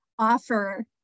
offer